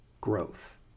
growth